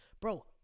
Bro